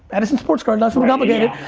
edison sports card, not so but complicated.